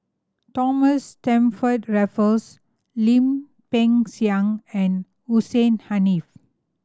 Thomas Stamford Raffles Lim Peng Siang and Hussein Haniff